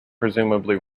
presumably